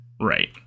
Right